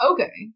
Okay